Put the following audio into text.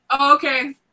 Okay